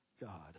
God